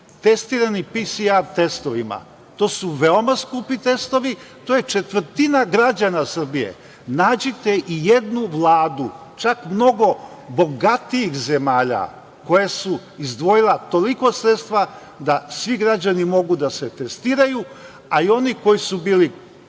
testirani PCR testovima. To su veoma skupi testovi. To je četvrtina građana Srbije. Nađite i jednu Vladu, čak mnogo bogatijih zemalja, koja je izdvojila toliko sredstava da svi građani mogu da se testiraju, a i oni koji su bili